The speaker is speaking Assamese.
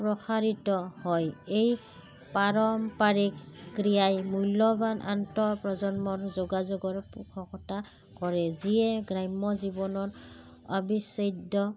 প্ৰসাৰিত হয় এই পাৰম্পৰিক ক্ৰিয়াই মূল্যৱান আন্তৰ প্ৰজন্মৰ যোগাযোগৰ পোষকতা কৰে যিয়ে গ্ৰাম্য জীৱনৰ অবিচ্ছেদ্য